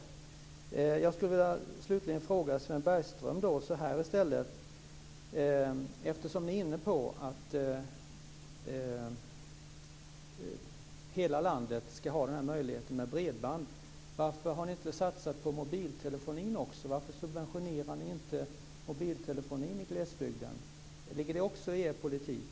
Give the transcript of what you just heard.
Slutligen skulle jag vilja fråga Sven Bergström så här: Eftersom ni är inne på att hela landet ska ha möjligheten med bredband, varför har ni inte satsat på mobiltelefonin också? Varför subventionerar ni inte mobiltelefonin i glesbygden? Ligger det också i er politik?